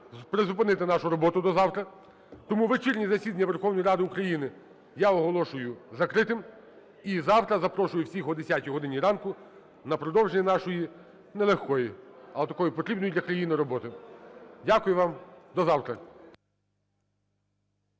призупинити нашу роботу до завтра. Тому вечірнє засідання Верховної Ради України я оголошую закритим. І завтра запрошую всіх о 10 годині ранку на продовження нашої не легкої, але такої потрібної для країни роботи. Дякую вам. До завтра.